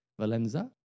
Valenza